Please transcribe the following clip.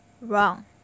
Wrong